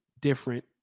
different